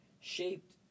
shaped